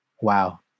wow